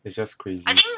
is just crazy